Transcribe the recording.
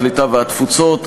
הקליטה והתפוצות,